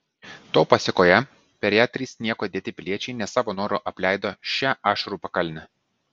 to pasėkoje per ją trys nieko dėti piliečiai ne savo noru apleido šią ašarų pakalnę